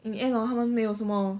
in the end hor 他们没有什么